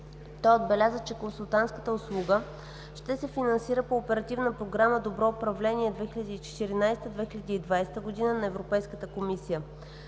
Той отбеляза, че консултантската услуга ще се финансира по Оперативна програма „Добро управление“ 2014 – 2020 на Европейската комисия.